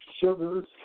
sugars